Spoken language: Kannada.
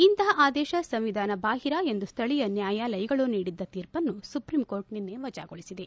ಇಂತಹ ಆದೇಶ ಸಂವಿಧಾನಬಾಹಿರ ಎಂದು ಸ್ವಳೀಯ ನ್ವಾಯಾಲಯಗಳು ನೀಡಿದ್ದ ತೀರ್ಪನ್ನು ಸುಪ್ರೀಂ ಕೋರ್ಟ್ ನಿನ್ನೆ ವಜಾಗೊಳಿಸಿದೆ